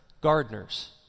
gardeners